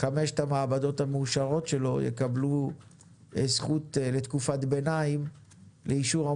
חמשת המעבדות המאושרות שלו יקבלו זכות לתקופת ביניים לאשר את